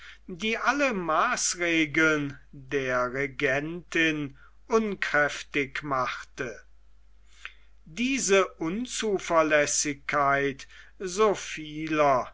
die alle maßregeln der regentin unkräftig machte diese unzuverlässigkeit so vieler